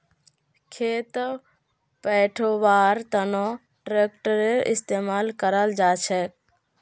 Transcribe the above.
खेत पैटव्वार तनों ट्रेक्टरेर इस्तेमाल कराल जाछेक